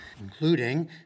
including